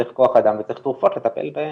צריך כוח אדם וצריך תרופות לטפל בחולים.